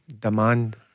demand